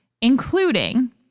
including